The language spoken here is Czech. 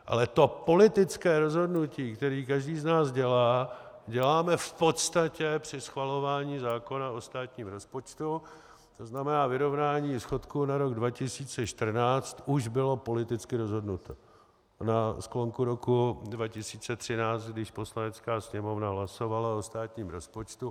Ale to politické rozhodnutí, které každý z nás dělá, děláme v podstatě při schvalování zákona o státním rozpočtu, tedy vyrovnání schodku na rok 2014 už bylo politicky rozhodnuto na sklonku roku 2013, když Poslanecká sněmovna hlasovala o státním rozpočtu.